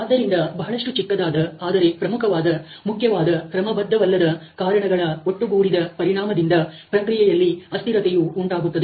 ಆದ್ದರಿಂದ ಬಹಳಷ್ಟು ಚಿಕ್ಕದಾದ ಆದರೆ ಪ್ರಮುಖವಾದ ಮುಖ್ಯವಾದ ಕ್ರಮಬದ್ಧವಲ್ಲದ ಕಾರಣಗಳ ಒಟ್ಟುಗೂಡಿದ ಪರಿಣಾಮದಿಂದ ಪ್ರಕ್ರಿಯೆಯಲ್ಲಿ ಅಸ್ತಿರತೆಯು ಉಂಟಾಗುತ್ತದೆ